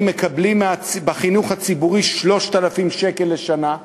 מקבלים בחינוך הציבורי 3,000 שקל לשנה לחינוך,